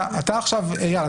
אייל,